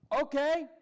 Okay